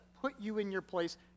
put-you-in-your-place